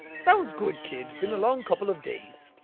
sounds good, kid. been a long couple of days.